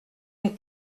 une